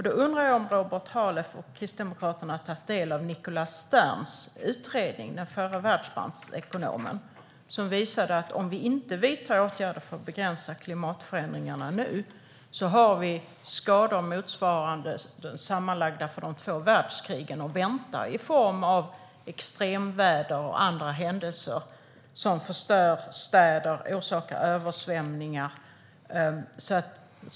Då undrar jag om Robert Halef och Kristdemokraterna har tagit del av Nicholas Sterns utredning, den förre Världsbanksekonomen, som visade att om vi inte vidtar åtgärder för att begränsa klimatförändringarna nu så har vi skador motsvarande det sammanlagda för de två världskrigen att vänta i form av extremväder och andra händelser som förstör städer och orsakar översvämningar.